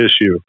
issue